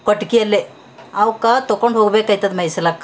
ಕೊಟ್ಟಿಗೆಲ್ಲೇ ಅವಕ್ಕ ತೊಕೊಂಡು ಹೋಗ್ಭೇಕೈತದ ಮೇಯ್ಸಲಾಕ